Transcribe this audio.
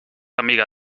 amiga